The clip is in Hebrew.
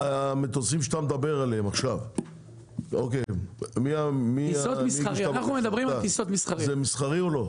המטוסים שאתה מדבר עליהם עכשיו, זה מסחרי או לא?